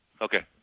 Okay